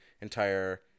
entire